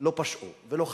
לא פשעו ולא חטאו.